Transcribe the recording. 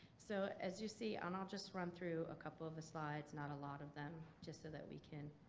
so, as you see, and i'll just run through a couple of the slides, not a lot of them, just so that we can.